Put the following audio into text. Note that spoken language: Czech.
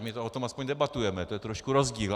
My o tom aspoň debatujeme, to je trošku rozdíl.